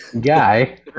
guy